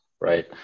right